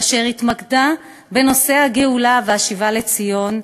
אשר התמקדה בנושא הגאולה והשיבה לציון,